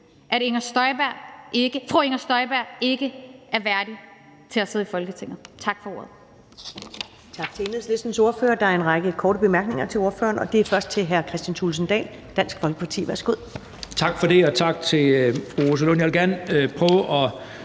at fru Inger Støjberg ikke er værdig til at sidde i Folketinget. Tak for ordet.